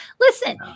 Listen